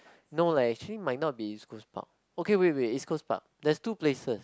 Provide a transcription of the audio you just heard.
no leh actually might not be East-Coast-Park okay wait wait East-Coast-Park there's two places